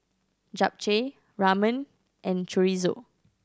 Japchae Ramen and Chorizo